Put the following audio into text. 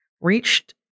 reached